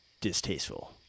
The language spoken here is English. distasteful